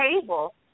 table